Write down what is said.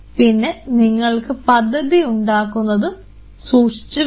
പക്ഷേ നിങ്ങൾ പദ്ധതി ഉണ്ടാക്കുന്നത് സൂക്ഷിച്ചുവേണം